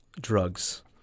Drugs